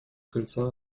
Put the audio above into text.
крыльца